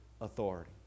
authority